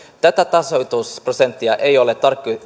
tätä tasoitusprosenttia ei ole